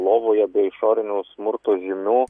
lovoje be išorinių smurto žymių